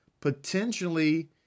potentially